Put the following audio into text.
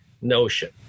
notion